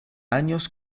años